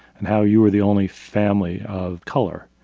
and how you were the only family of color,